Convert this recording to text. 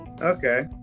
Okay